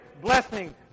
blessing